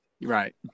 Right